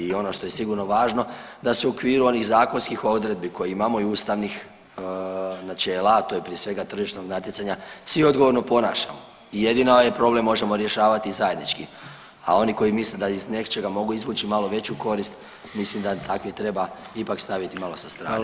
I ono što je sigurno važno da se u okviru onih zakonskih odredbi koje imamo i ustavnih načela, a to je prije svega tržišnog natjecanja svi odgovorno ponašamo jedino ovaj problem možemo rješavati zajednički, a oni koji misle da iz nečega mogu izvući malo veću korist, mislim da takve treba ipak staviti malo sa strane.